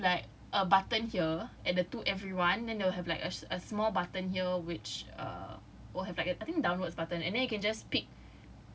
so it will have like a button here and the to everyone then they will have like a a small button here which err will have like a I think downwards button and then you can just pick